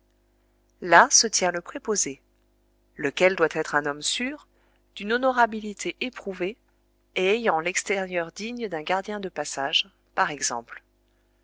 là se tient le préposé lequel doit être un homme sûr d'une honorabilité éprouvée et ayant l'extérieur digne d'un gardien de passage par exemple